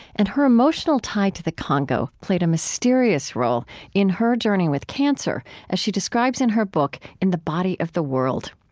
and her emotional tie to the congo played a mysterious role in her journey with cancer, as she describes in her book, in the body of the world.